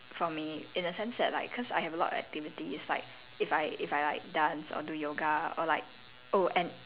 for me in a sense that like cause I have a lot of activities it's like if I if I like dance or do yoga or like oh and